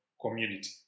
community